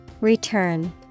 Return